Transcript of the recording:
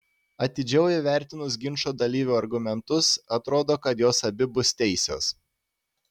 atidžiau įvertinus ginčo dalyvių argumentus atrodo kad jos abi bus teisios